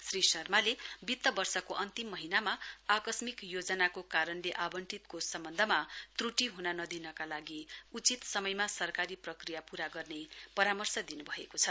श्री शर्माले वित्त वर्षको अन्तिम महीनामा आकस्मिक योजनाको कारणले आवन्टित कोष सम्बन्धमा त्रुति हुन नदिनका लागि उचित समयमा सरकारी प्रक्रिया पूरा गर्ने परामर्श दिनुभएको छ